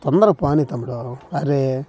తొందరగా పోనీ తమ్ముడు అరే